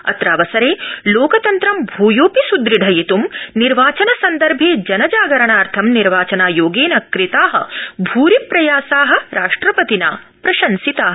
अत्रावसरे लोकतंत्र भूयोऽपि सुदृढयित्ं निर्वाचन सन्दर्भे जनजागरणार्थं निर्वाचनायोगेन कृता भूरि प्रयासा राष्ट्रपतिना प्रशंसिता